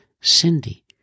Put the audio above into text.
Cindy